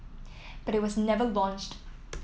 but it was never launched